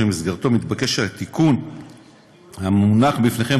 שבמסגרתו מתבקש התיקון המונח לפניכם,